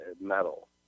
metal